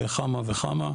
חמ"ע